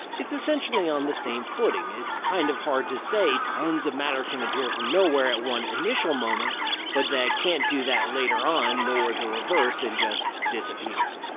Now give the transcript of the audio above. it's essentially on the same footing. it's kind of hard to say tons of matter can appear from nowhere at one initial moment but that it can't do that later on nor the reverse and just disappear.